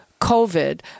COVID